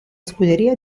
scuderia